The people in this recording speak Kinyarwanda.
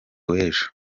w’ejo